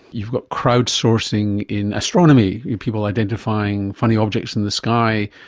you've got crowd-sourcing in astronomy, people identifying funny objects in the sky.